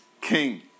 king